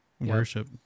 worship